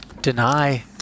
deny